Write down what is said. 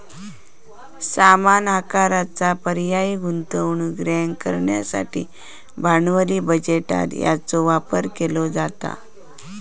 समान आकाराचा पर्यायी गुंतवणुकीक रँक करण्यासाठी भांडवली बजेटात याचो वापर केलो जाता